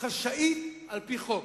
חשאית על-פי חוק.